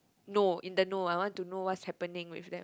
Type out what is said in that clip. know in the know I want to know what's happening with them